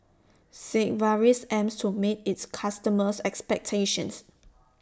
Sigvaris aims to meet its customers' expectations